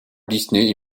disney